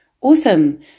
Awesome